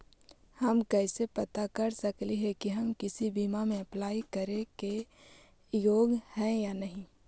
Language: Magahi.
हम कैसे पता कर सकली हे की हम किसी बीमा में अप्लाई करे योग्य है या नही?